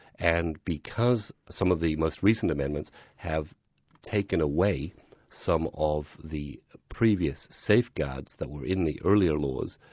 and because some of the most recent amendments have taken away some of the previous safeguards that were in the earlier laws,